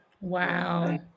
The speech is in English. Wow